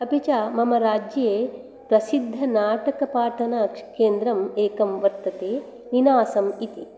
अपि च मम राज्ये प्रसिद्धनाटकपाठनकेन्द्रम् एकं वर्तते इनासम इति